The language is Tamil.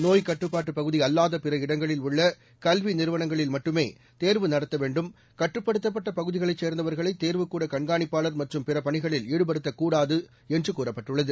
நோய் கட்டுப்பாட்டு பகுதி அல்லாத பிற இடங்களில் உள்ள கல்வி நிறுவனங்களில் மட்டுமே தேர்வு நடத்த வேண்டும் கட்டுப்படுத்தப்பட்ட பகுதிகளைச் சேர்ந்தவர்களை தேர்வுக்கூட கண்காணிப்பாளர் மற்றும் பிற பணிகளில் ஈடுபடுத்தக் கூடாதுஎன்று கூறப்பட்டுள்ளது